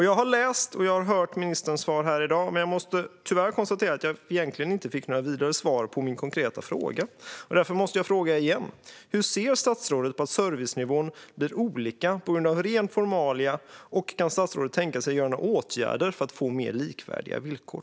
Jag har läst och hört ministerns svar här i dag, men jag måste tyvärr konstatera att jag egentligen inte fick något vidare svar på min konkreta fråga. Därför måste jag fråga igen: Hur ser statsrådet på att servicenivån blir olika på grund av ren formalia, och kan statsrådet tänka sig att vidta några åtgärder för att få mer likvärdiga villkor?